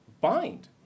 bind